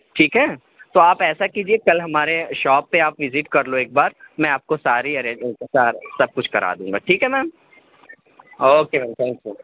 ٹھیک ہے تو آپ ایسا کیجیے کل ہمارے شاپ پہ آپ وزٹ کر لو ایک بار میں آپ کو ساری ارے سب کچھ کرا دوں گا ٹھیک ہے ma'am okay ma'am thank you